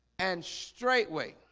and straightway